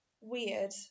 weird